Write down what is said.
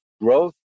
growth